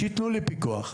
שיתנו לי פיקוח,